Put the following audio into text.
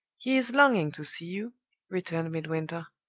he is longing to see you returned midwinter.